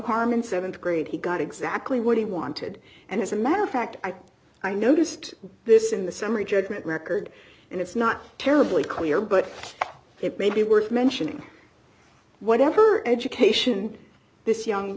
harm in th grade he got exactly what he wanted and as a matter of fact i noticed this in the summary judgment record and it's not terribly clear but it may be worth mentioning whatever education this young